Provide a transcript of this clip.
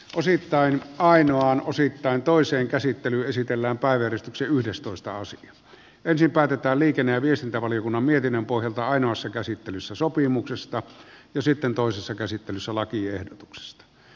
osittain ainoaan osittain toisen käsittely esitellään paineiden syy yhdestoista on sekin ensin päätetään liikenne ja viestintävaliokunnan mietinnön pohjalta ainoassa käsittelyssä sopimuksesta ja sitten toisessa käsittelyssä lakiehdotuksesta